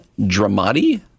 Dramati